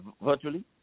virtually